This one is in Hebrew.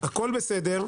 הכול בסדר,